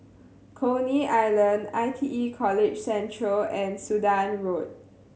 Coney Island I T E College Central and Sudan Road